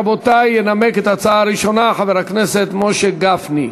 רבותי, ינמק את ההצעה הראשונה חבר הכנסת משה גפני.